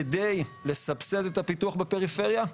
כדי לסבסד את הפיתוח בפריפריה.